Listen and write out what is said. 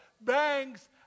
banks